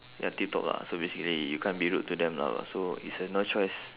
ya tip top lah so basically you can't be rude to them lah so it's uh no choice